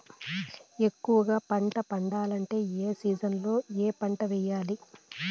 ఎక్కువగా పంట పండాలంటే ఏ సీజన్లలో ఏ పంట వేయాలి